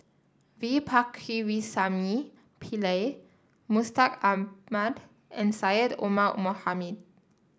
V Pakirisamy Pillai Mustaq Ahmad and Syed Omar Mohamed